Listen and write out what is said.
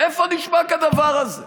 איפה נשמע כדבר הזה?